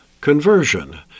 conversion